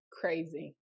Crazy